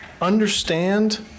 understand